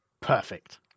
Perfect